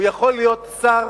הוא יכול להיות שר